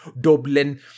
Dublin